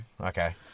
Okay